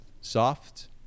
soft